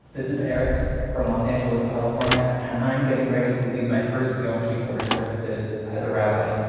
this is eric from los angeles, calif. um yeah and i'm getting ready to lead my first yom kippur services as a rabbi.